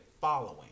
following